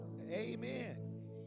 Amen